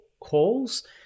calls